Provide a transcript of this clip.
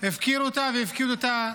הפקיר אותה והפקיד אותה